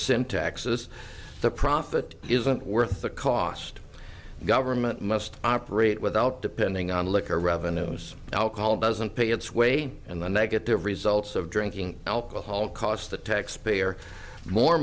sin taxes the profit isn't worth the cost the government must operate without depending on liquor revenues alcohol doesn't pay its way and the negative results of drinking alcohol cost the taxpayer more